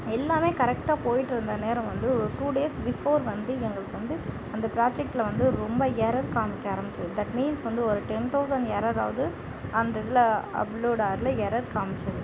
எல்லாம் கரெக்டாக போயிட்டுருந்த நேரம் வந்து ஒரு டூ டேஸ் பிஃபோர் வந்து எங்களுக்கு வந்து அந்த பிராஜெக்ட்டில் வந்து ரொம்ப எரர் காமிக்க ஆரம்பிச்சது தட் மீன் வந்து ஒரு டென் தவுசண்ட் எரராவது அந்த இதில் அப்ளோடரில் எரர் காமிச்சது